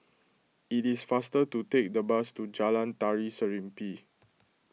it is faster to take the bus to Jalan Tari Serimpi